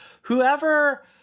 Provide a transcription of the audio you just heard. Whoever